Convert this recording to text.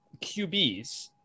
QBs